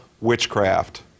witchcraft